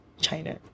china